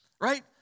right